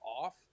off